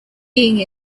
being